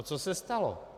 Co se stalo?